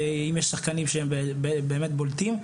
ואם יש שחקנים שהם באמת בולטים,